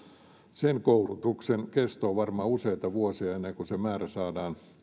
sen koulutuksen kesto on varmaan useita vuosia ennen kuin se määrä saadaan